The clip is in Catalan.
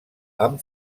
amb